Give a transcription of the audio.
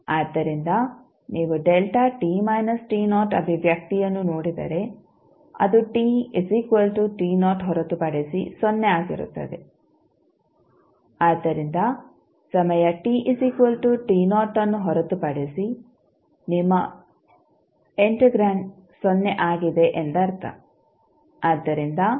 ಆದ್ದರಿಂದ ನೀವು ಅಭಿವ್ಯಕ್ತಿಯನ್ನು ನೋಡಿದರೆ ಅದು ಹೊರತುಪಡಿಸಿ ಸೊನ್ನೆ ಆಗಿರುತ್ತದೆ ಆದ್ದರಿಂದ ಸಮಯ ಅನ್ನು ಹೊರತುಪಡಿಸಿ ನಿಮ್ಮ ಇಂಟಿಗ್ರಾಂಡ್ ಸೊನ್ನೆ ಆಗಿದೆ ಎಂದರ್ಥ